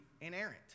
inerrant